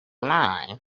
line